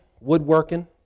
woodworking